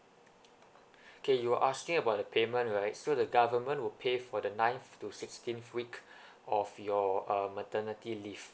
K you were asking about the payment right so the government will pay for the ninth to sixteenth week of your uh maternity leave